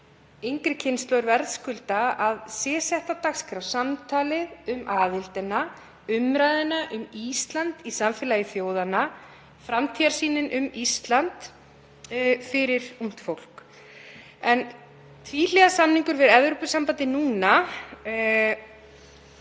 yngri kynslóðir, verðskulda að sé sett á dagskrá, samtalið um aðildina, umræða um Ísland í samfélagi þjóðanna, framtíðarsýnin um Ísland fyrir ungt fólk. Tvíhliða samningur við Evrópusambandið núna